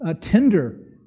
tender